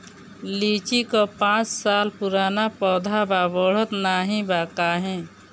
लीची क पांच साल पुराना पौधा बा बढ़त नाहीं बा काहे?